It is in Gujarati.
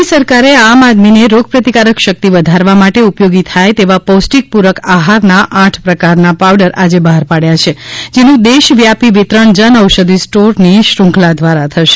મોદી સરકારે આમ આદમીને રોગ પ્રતિકારક શક્તિ વધારવા માટે ઉપયોગી થાય તેવા પૌષ્ટિક પૂરક આહારના આઠ પ્રકારના પાવડર આજે બહાર પડ્યા છે જેનું દેશ વ્યાપી વિતરણ જન ઔષધી સ્ટોરની શૃંખલા દ્વારા થશે